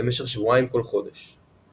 למשך שבועיים כל חודש.